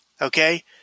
okay